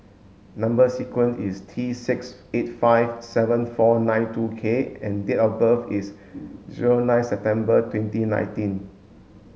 number sequence is T six eight five seven four nine two K and date of birth is zero nine September twenty nineteen